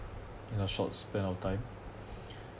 in a short span of time